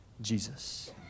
Jesus